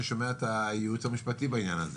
שומע את הייעוץ המשפטי בעניין הזה.